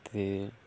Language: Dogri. ते